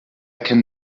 can